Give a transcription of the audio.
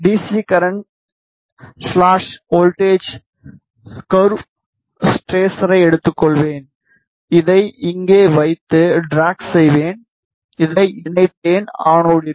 C current slash voltage curve ட்ரேசரை எடுத்துக்கொள்வேன் இதை இங்கே வைத்து ட்ராக் செய்வேன் இதை இணைப்பேன் அனோடிற்கு